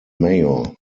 mayor